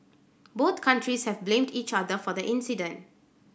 both countries have blamed each other for the incident